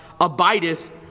abideth